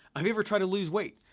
um you ever tried to lose weight?